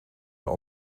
der